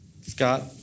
Scott